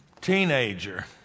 teenager